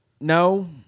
No